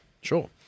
Sure